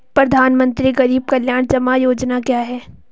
प्रधानमंत्री गरीब कल्याण जमा योजना क्या है?